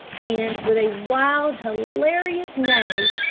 and, with a wild hilarious neigh,